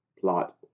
plot